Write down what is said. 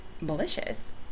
malicious